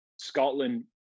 Scotland